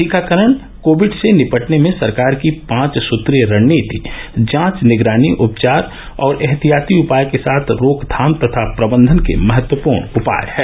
टीकाकरण कोविड से निपटने में सरकार की पांच सूत्रीय रणनीति जांच निगरानी उपचार और एहतियाती उपाय के साथ रोकथाम तथा प्रबंधन के महत्वपूर्ण उपाय है